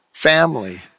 family